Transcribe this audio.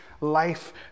life